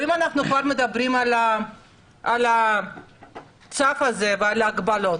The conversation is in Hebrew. אם אנחנו כבר מדברים על הצו הזה ועל ההגבלות: